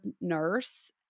nurse